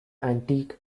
antique